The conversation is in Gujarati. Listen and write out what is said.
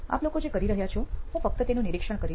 આપ લોકો જે કરી રહ્યા છો હું ફક્ત તેનું નિરીક્ષણ કરીશ